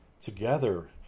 together